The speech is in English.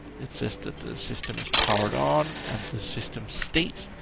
it says that the system is powered on, and the system states.